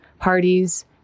Parties